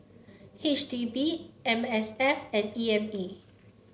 H D B M S F and E M A